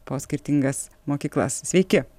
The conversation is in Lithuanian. po skirtingas mokyklas sveiki